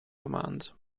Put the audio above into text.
romanzo